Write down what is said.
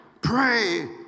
Pray